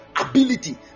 ability